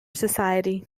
society